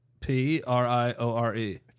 P-R-I-O-R-E